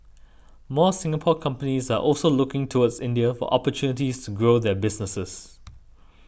more Singapore companies are also looking towards India for opportunities to grow their businesses